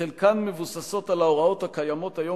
שחלקן מבוססות על ההוראות הקיימות היום